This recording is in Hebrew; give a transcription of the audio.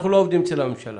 אנחנו לא עובדים אצל הממשלה.